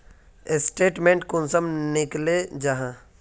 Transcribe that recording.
Statement कुंसम निकले जाहा?